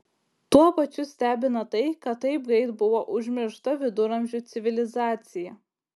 tuo pačiu stebina tai kad taip greit buvo užmiršta viduramžių civilizacija